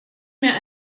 mir